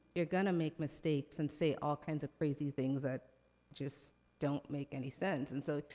you're gonna make mistakes, and say all kinds of crazy things that just don't make any sense. and so,